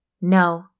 No